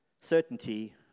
Certainty